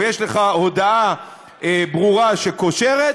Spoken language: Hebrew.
או יש לך הודאה ברורה שקושרת,